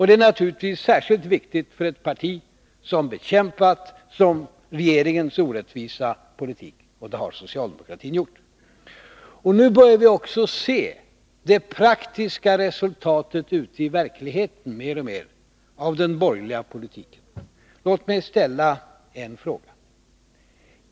Det är naturligtvis särskilt viktigt för ett parti som bekämpat regeringens orättvisa politik, och det har socialdemokratin gjort. Nu börjar vi också mer och mer se det praktiska resultatet ute i verkligheten av den borgerliga politiken. Låt mig ställa en fråga.